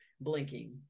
blinking